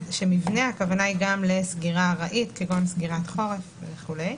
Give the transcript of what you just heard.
במבנה הכוונה היא גם לסגירה ארעית כגון סגירת חורף וכולי.